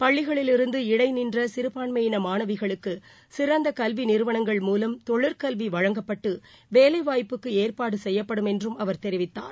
பள்ளிகளிலிருந்து இடைநின்றசிறுபான்மையினமாணவிகளுக்குசிறந்தகல்விநிறுவனங்கள் முலம் தொழிற்கல்விவழங்கப்பட்டுவேலைவாய்ப்புக்குஏற்பாடுசெய்யப்படும் என்றுஅவர் தெரிவித்தார்